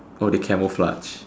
oh they camouflage